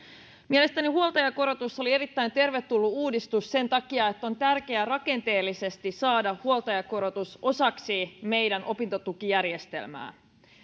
mielestäni huoltajakorotus oli erittäin tervetullut uudistus sen takia että on tärkeää rakenteellisesti saada huoltajakorotus osaksi meidän opintotukijärjestelmäämme